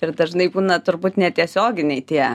ir dažnai būna turbūt ne tiesioginiai tie